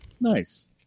Nice